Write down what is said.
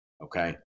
okay